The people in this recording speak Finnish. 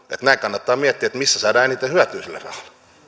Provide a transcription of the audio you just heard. näitä kannattaa miettiä missä saadaan eniten hyötyä sille rahalle